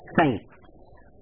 Saints